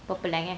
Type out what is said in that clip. purple line eh